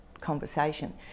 conversation